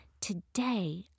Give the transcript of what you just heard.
Today